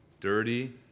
Dirty